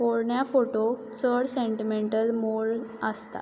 पोरण्या फोटोंक चड सेन्टिमेंटल मोल्ड आसता